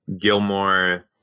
Gilmore